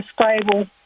stable